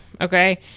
okay